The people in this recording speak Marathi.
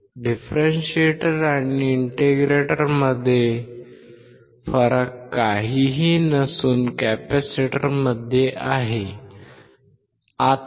डिफरेंशिएटर आणि इंटिग्रेटरमधील फरक काहीही नसून कॅपेसिटरमध्ये आहे